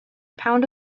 pound